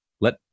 Let